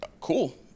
cool